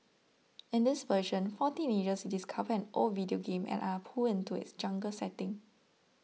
in this version four teenagers discover an old video game and are pulled into its jungle setting